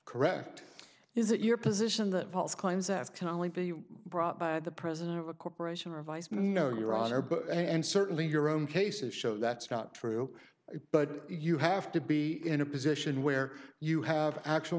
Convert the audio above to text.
correct is it your position that false claims that can only be brought by the president of a corporation or vice may know your honor but and certainly your own cases show that's not true but you have to be in a position where you have actual